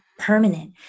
Permanent